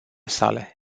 sale